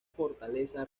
fortaleza